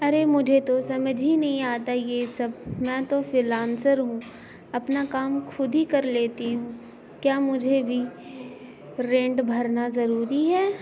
ارے مجھے تو سمجھ ہی نہیں آتا یہ سب میں تو فلانسر ہوں اپنا کام خود ہی کر لیتی ہوں کیا مجھے بھی رینٹ بھرنا ضروری ہے